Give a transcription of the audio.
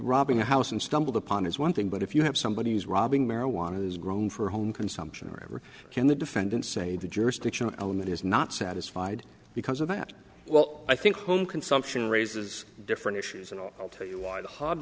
robbing the house and stumbled upon is one thing but if you have somebody who's robbing marijuana is grown for home consumption remember in the defendant say the jurisdictional element is not satisfied because of that well i think home consumption raises different issues and i'll tell you why the h